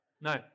No